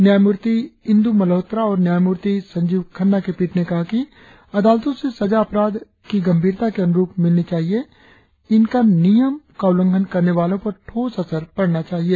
न्यायमूर्ति इंदु मलहोत्रा और न्यायमूर्ति संजीव खन्ना की पीठ ने कहा कि अदालतों से सजा अपराध की गंभीरता के अनुरुप मिलनी चाहिए और इनका नियमों का उल्लंघन करने वालों पर ठोस असर पड़ना चाहिए